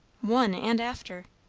one, and after.